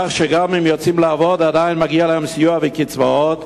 כך שגם אם יוצאים לעבוד עדיין מגיעים להם סיוע וקצבאות.